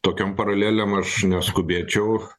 tokiom paralelėm aš neskubėčiau